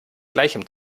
gleichem